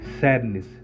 Sadness